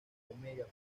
omega